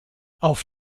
auf